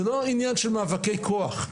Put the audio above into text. זה לא עניין של מאבקי כוח.